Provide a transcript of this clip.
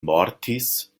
mortis